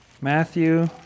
Matthew